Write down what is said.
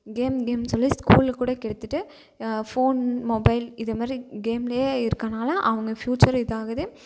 game game சொல்லி ஸ்கூலை கூட கெடுத்துகிட்டு ஃபோன் மொபைல் இது மாதிரி கேமிலே இருக்கனால் அவங்க ஃப்யூச்சர் இதாகுது